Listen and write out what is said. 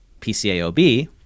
PCAOB